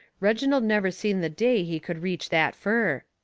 reginald never seen the day he could reach that fur.